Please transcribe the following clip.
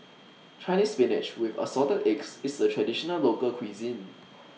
Chinese Spinach with Assorted Eggs IS A Traditional Local Cuisine